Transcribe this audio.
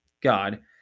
God